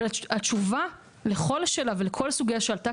אבל התשובה לכל שאלה ולכל סוגיה שעלתה